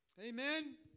Amen